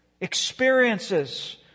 experiences